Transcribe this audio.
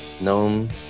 known